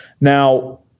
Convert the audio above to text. Now